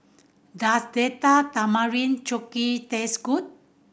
does Date Tamarind Chutney taste good